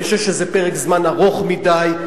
אני חושב שזה פרק זמן ארוך מדי.